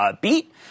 beat